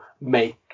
make